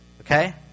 okay